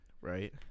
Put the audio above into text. Right